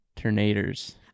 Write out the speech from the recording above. Tornadoes